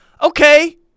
Okay